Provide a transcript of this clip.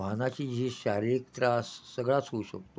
वाहनाची झिज शारीरिक त्रास सगळाच होऊ शकतो